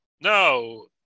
No